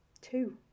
two